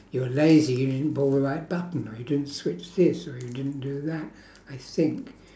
you are lazy you didn't pull the right button or you didn't switch this or you didn't do that I think